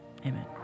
Amen